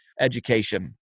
education